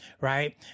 Right